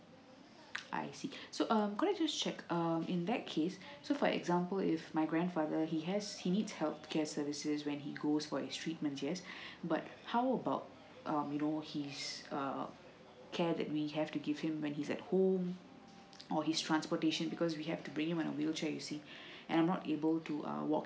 I see so um could I just check um in that case so for example if my grandfather he has he needs healthcare services when he goes for his treatment yes but how about um you know his uh care that we have to give him when he's at home or his transportation because we have to bring him a wheelchair you see I'm not able to a walk